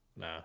Nah